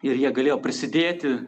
ir jie galėjo prisidėti